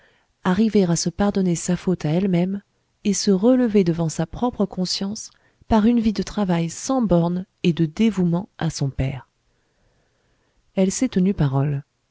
arriver à se pardonner sa faute à elle-même et se relever devant sa propre conscience par une vie de travail sans borne et de dévouement à son père elle s'est tenue parole